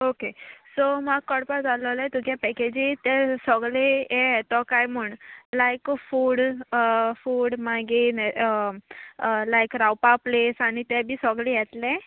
okay so म्हाक कळपा जाल्लोले तुगे पॅकेजी ते सोगले हे येतो काय म्हूण लायक फूड फूड मागीर लायक रावपा प्लेस आनी ते बी सोगले येतले